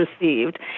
received